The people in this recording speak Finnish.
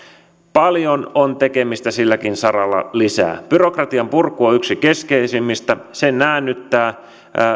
paljon on tekemistä silläkin saralla lisää byrokratian purku on yksi keskeisimmistä se näännyttää